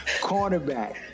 Cornerback